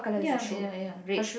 ya ya ya red